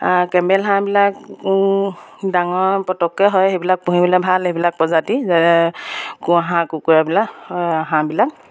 কেমেল হাঁহবিলাক ডাঙৰ পটককৈ হয় সেইবিলাক পুহিবলৈ ভাল সেইবিলাক প্ৰজাতি যে হাঁহ কুকুৰাবিলাক হাঁহবিলাক